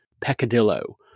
peccadillo